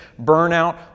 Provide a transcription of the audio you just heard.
burnout